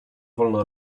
wolno